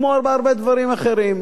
כמו בהרבה דברים אחרים,